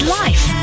life